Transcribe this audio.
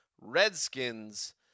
Redskins